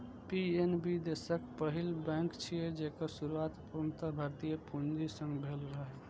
PNB देशक पहिल bank छियै, जेकर शुरुआत पूर्णतः भारतीय पूंजी सं भेल रहै